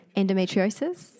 endometriosis